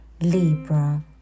Libra